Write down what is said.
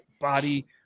body